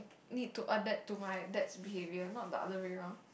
need to adapt to my dads behaviour not the other way round